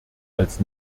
als